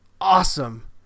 awesome